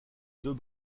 deux